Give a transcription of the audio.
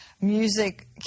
Music